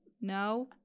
No